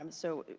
um so